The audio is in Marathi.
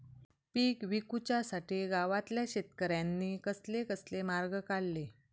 पीक विकुच्यासाठी गावातल्या शेतकऱ्यांनी कसले कसले मार्ग काढले?